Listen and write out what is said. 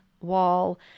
wall